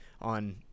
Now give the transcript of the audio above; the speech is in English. on